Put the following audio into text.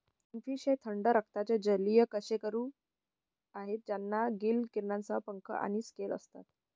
finfish हे थंड रक्ताचे जलीय कशेरुक आहेत ज्यांना गिल किरणांसह पंख आणि स्केल असतात